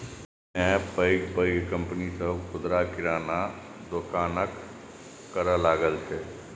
तें पैघ पैघ कंपनी सभ खुदरा किराना दोकानक करै लागल छै